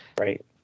Right